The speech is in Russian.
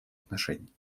отношений